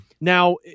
Now